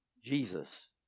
Jesus